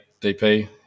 DP